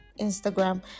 instagram